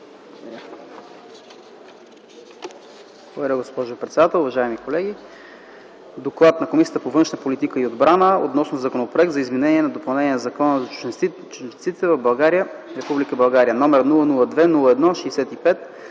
„ДОКЛАД на Комисията по външна политика и отбрана относно Законопроект за изменение и допълнение на Закона за чужденците в Република България, № 002-01-65,